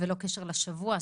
בלא קשר לשבוע,